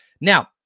Now